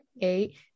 eight